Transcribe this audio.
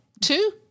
two